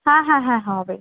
হ্যাঁ হ্যাঁ হ্যাঁ হবে